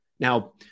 Now